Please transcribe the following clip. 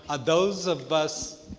ah those of us